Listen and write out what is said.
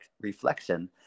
reflection